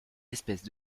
espèces